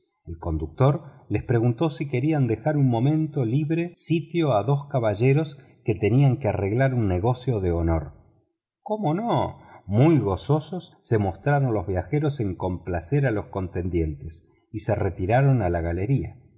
el conductor les preguntó si querían dejar un momento libre sitio a dos caballeros que tenían que arreglar un negocio de honor cómo no muy gozosos se mostraron los viajeros en complacer a los contendientes y se retiraron a la galería